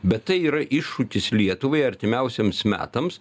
bet tai yra iššūkis lietuvai artimiausiems metams